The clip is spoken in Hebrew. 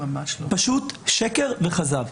פשוט שקר וכזב.